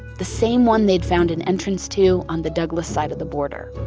the same one they'd found an entrance to on the douglas side of the border.